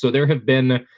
so there have been